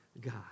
God